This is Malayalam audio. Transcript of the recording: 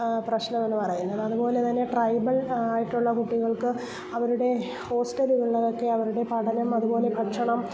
പ്രശ്നം എന്ന് പറയുന്നത് അതുപോലെതന്നെ ട്രൈബൽ ആയിട്ടുള്ള കുട്ടികൾക്ക് അവരുടെ ഹോസ്റ്റലുകളെ ഒക്കെ അവരുടെ പഠനം അതുപോലെ ഭക്ഷണം